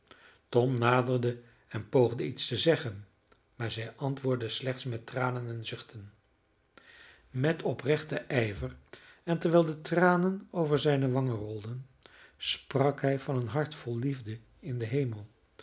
tom naderde en poogde iets te zeggen maar zij antwoordde slechts met tranen en zuchten met oprechten ijver en terwijl de tranen over zijne wangen rolden sprak hij van een hart vol liefde in den hemel